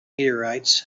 meteorites